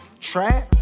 trap